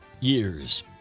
years